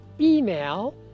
email